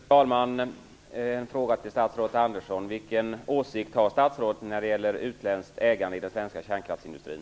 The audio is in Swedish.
Fru talman! Jag har en fråga till statsrådet Andersson: Vilken åsikt har statsrådet när det gäller utländskt ägande i den svenska kärnkraftsindustrin?